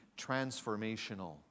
transformational